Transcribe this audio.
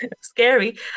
Scary